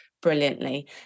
brilliantly